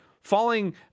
falling